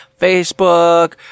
Facebook